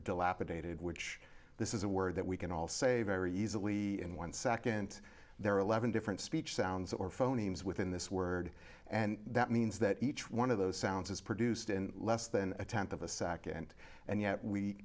dilapidated which this is a word that we can all say very easily in one second there are eleven different speech sounds or phonemes within this word and that means that each one of those sounds is produced in less than a tenth of a second and yet we